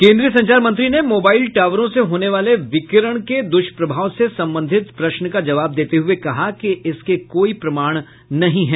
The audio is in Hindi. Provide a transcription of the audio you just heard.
केन्द्रीय संचार मंत्री ने मोबाइल टावरों से होने वाले विकिरण के द्वष्प्रभाव से संबंधित प्रश्न का जवाब देते हुए कहा कि इसके कोई प्रमाण नहीं है